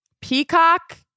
Peacock